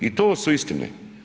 I to su istine.